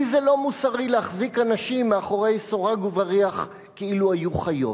כי זה לא מוסרי להחזיק אנשים מאחורי סורג ובריח כאילו היו חיות.